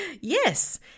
Yes